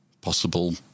possible